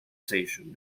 station